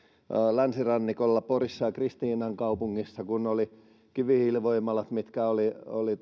länsirannikolla porissa ja kristiinankaupungissa oli kivihiilivoimalat jotka olivat